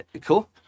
Cool